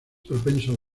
propenso